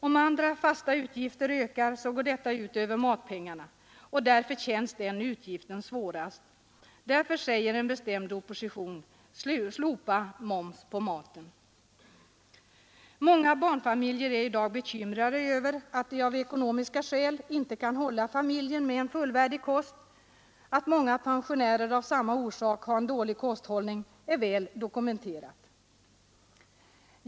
Om andra fasta utgifter ökar går detta ut över matpengarna, och därför känns den utgiften svårast. Därför säger en bestämd opposition: ”Slopa moms på maten! ” Många barnfamiljer är i dag bekymrade över att de av ekonomiska skäl inte kan hålla familjen med en fullvärdig kost. Att många pensionärer av samma orsak har en dålig kosthållning är väl dokumenterat.